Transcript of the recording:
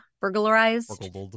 burglarized